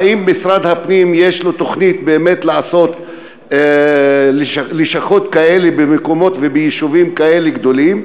האם למשרד הפנים יש תוכנית לעשות לשכות במקומות וביישובים כאלה גדולים?